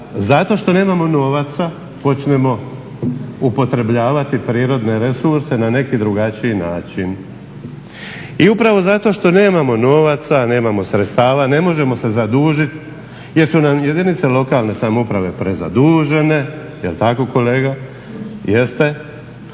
zato što nemamo novaca počnemo upotrebljavati prirodne resurse na neki drugačiji način. I upravo zato što nemamo novaca, nemamo sredstava ne možemo se zadužiti jer su nam jedinice lokalne samouprave prezadužene. Jel' tako kolega? Jeste.